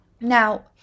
Now